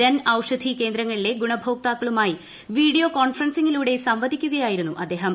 ജൻ ഔഷധി കേന്ദ്രങ്ങളിലെ ഗുണഭോക്താക്കളുമായി വീഡിയോ കോൺഫറൻസിങ്ങിലൂടെ സംവദിക്കുകയായിരുന്നു അദ്ദേഹം